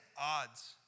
odds